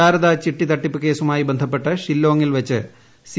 ശാരദാ ചിട്ടി തട്ടിപ്പ് കേസുമായി ബന്ധപ്പെട്ട് ഷില്ലോംഗിൽ വച്ച് സി